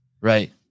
Right